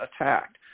attacked